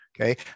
okay